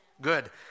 Good